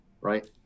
Right